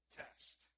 test